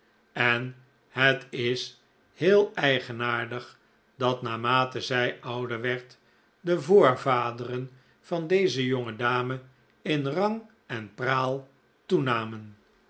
en het is heel eigenaardig dat naarmate zij ouder werd de voorvaderen van deze jonge dame in rang en praal toenamen